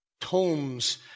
tomes